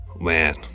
man